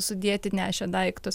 sudėti nešė daiktus